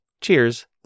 Cheers